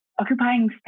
occupying